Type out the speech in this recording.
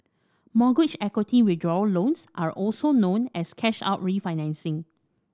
mortgage equity withdrawal loans are also known as cash out refinancing